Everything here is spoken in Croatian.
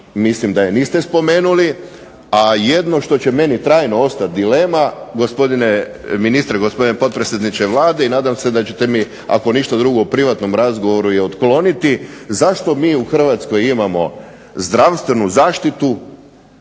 Mislim da je niste spomenuli, a jedno što će meni trajno ostati dilema gospodine ministre, gospodine potpredsjedniče Vlade i nadam se da ćete mi ako ništa drugo u privatnom razgovoru i otkloniti zašto mi u Hrvatskoj imamo zdravstvenu zaštitu,